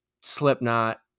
Slipknot